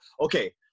Okay